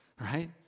Right